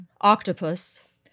Octopus